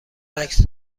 عکس